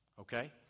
Okay